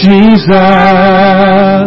Jesus